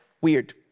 Weird